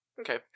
okay